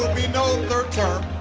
be no third term.